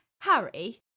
Harry